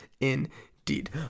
indeed